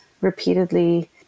repeatedly